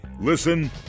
Listen